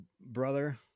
brother